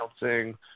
announcing